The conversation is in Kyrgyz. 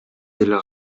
деле